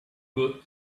good